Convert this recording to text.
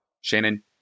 Shannon